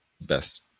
best